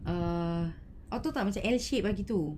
err atur macam L shape bagi tu